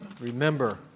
Remember